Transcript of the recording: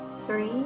three